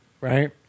right